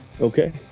Okay